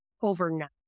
overnight